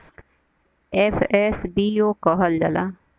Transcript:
FSBO कहल जाला